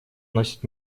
носит